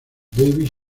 davies